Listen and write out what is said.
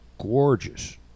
gorgeous